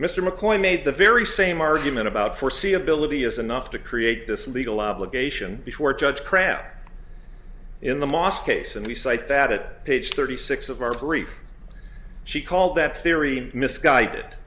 mr mccoy made the very same argument about foreseeability is enough to create this legal obligation before a judge crap in the mosque case and we cite that at page thirty six of our brief she called that theory misguided